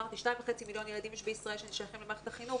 ואמרתי שיש שני מיליון וחצי ילדים ששייכים למערכת החינוך.